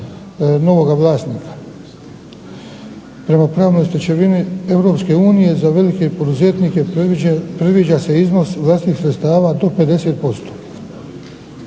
Hvala vam